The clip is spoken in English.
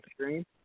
screen